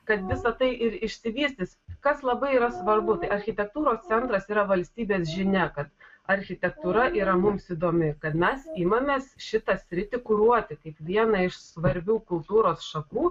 kad visa tai ir išsivystys kas labai yra svarbu tai architektūros centras yra valstybės žinia kad architektūra yra mums įdomi kad mes imamės šitą sritį kuruoti kaip vieną iš svarbių kultūros šakų